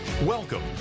Welcome